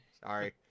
Sorry